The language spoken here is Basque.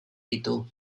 ditu